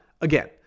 again